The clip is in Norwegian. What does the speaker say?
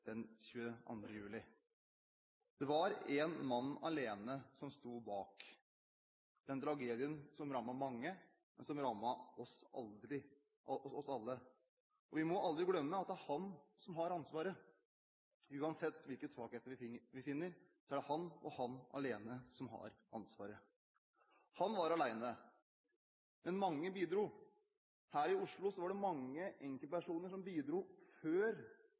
22. juli. Det var én mann alene som sto bak den tragedien som rammet mange, men som rammet oss alle. Vi må aldri glemme at det er han som har ansvaret. Uansett hvilke svakheter vi finner, er det han, og han alene, som har ansvaret. Han var alene. Men mange bidro. Her i Oslo var det mange enkeltpersoner som bidro før